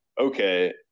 okay